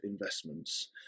investments